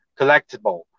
collectible